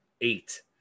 eight